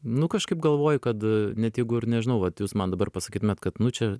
nu kažkaip galvoji kad net jeigu ir nežinau vat jūs man dabar pasakytumėt kad nu čia